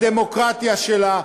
בדמוקרטיה שלה,